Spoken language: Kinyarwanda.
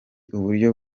uburyo